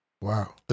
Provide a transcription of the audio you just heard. Wow